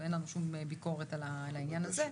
אין לנו שום ביקורת על העניין הזה,